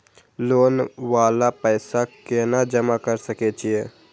Loan वाला पैसा केना जमा कर सके छीये?